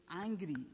angry